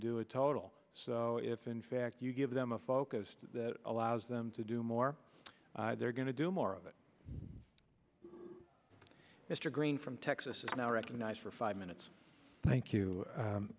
do a total so if in fact you give them a focused that allows them to do more they're going to do more of it mr green from texas is now recognized for five minutes thank you